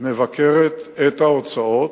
מבקרת את ההוצאות.